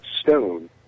stone